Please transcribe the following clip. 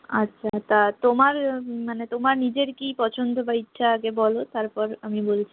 আচ্ছা তা তোমার মানে তোমার নিজের কী পছন্দ বা ইচ্ছা আগে বলো তারপর আমি বলছি